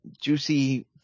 Juicy